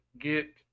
get